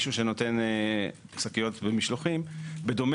גדול לעוסק אחר על בסיס נתונים שלפיהם 60%